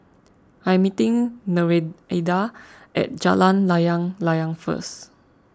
I am meeting Nereida at Jalan Layang Layang first